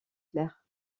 claire